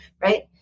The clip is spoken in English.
right